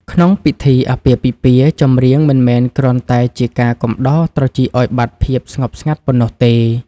ក្នុងពិធីអាពាហ៍ពិពាហ៍ ចម្រៀងមិនមែនគ្រាន់តែជាការកំដរត្រចៀកឱ្យបាត់ភាពស្ងប់ស្ងាត់ប៉ុណ្ណោះទេ